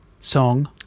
song